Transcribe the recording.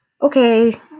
Okay